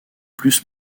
plus